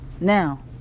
Now